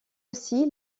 aussi